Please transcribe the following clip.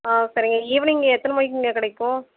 ஆ சரிங்க ஈவினிங் எத்தனை மணிக்குங்க கிடைக்கும்